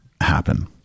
happen